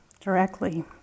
directly